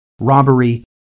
robbery